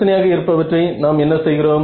பிரச்சனையாக இருப்பவற்றை நாம் என்ன செய்கிறோம்